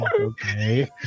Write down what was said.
okay